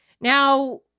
Now